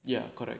ya correct